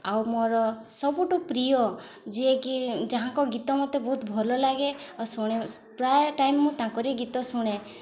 ଆଉ ମୋର ସବୁଠୁ ପ୍ରିୟ ଯିଏକି ଯାହାଙ୍କ ଗୀତ ମୋତେ ବହୁତ ଭଲ ଲାଗେ ଆଉ ଶୁଣେ ପ୍ରାୟ ଟାଇମ୍ ମୁଁ ତାଙ୍କରି ଗୀତ ଶୁଣେ